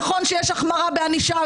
נכון שיש החמרה בענישה,